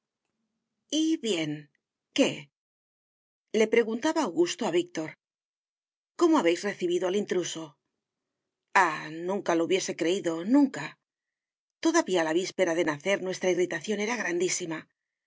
y bien qué le preguntaba augusto a víctor cómo habéis recibido al intruso ah nunca lo hubiese creído nunca todavía la víspera de nacer nuestra irritación era grandísima y